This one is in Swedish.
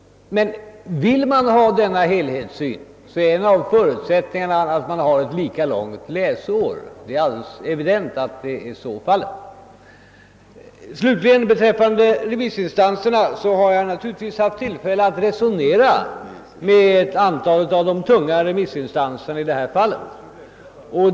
Men vill man ha denna helhetssyn, är en av förutsättningarna att man har ett lika långt läsår; det är alldeles evident att så är fallet. Beträffande remissinstanserna = vill jag slutligen säga att jag naturligtvis haft tillfälle att resonera med ett antal av de tunga remissinstanserna i detta fall.